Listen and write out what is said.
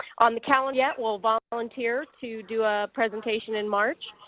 on the calendar yet will volunteer to do a presentation in march,